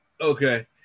Okay